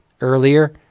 earlier